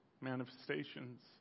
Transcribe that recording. manifestations